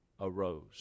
Arose